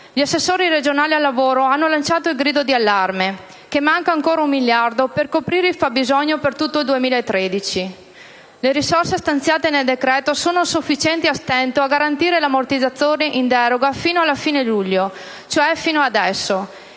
Gli assessori regionali al lavoro hanno lanciato il grido di allarme: manca ancora 1 miliardo per coprire il fabbisogno per tutto il 2013. Le risorse stanziate nel decreto sono sufficienti a stento a garantire l'ammortizzatore in deroga sino alla fine di luglio (cioè fino adesso),